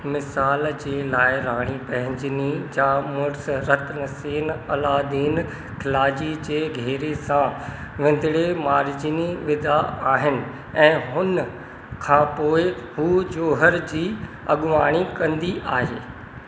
मिसाल जे लाइ राणी पद्मिनी जा मुड़ुसि रतन सेन अलादीन खिलजी जे घेरे सां विंदड़े मारिजिनी विदा आहिनि ऐं हुन खां पोएं हू जौहर जी अॻवाणी कंदी आहे